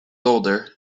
older